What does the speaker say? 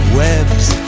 webs